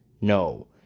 no